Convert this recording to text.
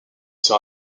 sera